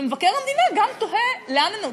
ומבקר המדינה גם תוהה לאן הם נעלמו.